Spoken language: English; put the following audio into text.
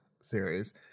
series